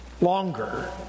longer